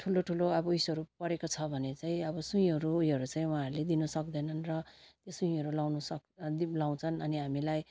ठुलो ठुलो अबो उयोसहरू परेको छ भने चाहिँ अब सुईहरू उयोहरू चाहिँ उहाँहरूले दिनु सक्दैनन् र त्यो सुईहरू लाउनु सक् लाउँछन् अनि हामीलाई